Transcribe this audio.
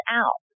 out